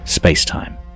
space-time